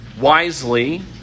wisely